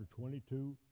22